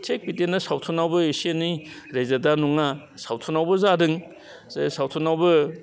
थिग बिदिनो सावथुनावबो एसे एनै रेजेदा नङा सावथुनावबो जादों जे सावथुनावबो